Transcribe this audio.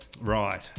Right